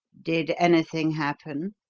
did anything happen?